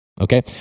Okay